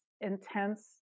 intense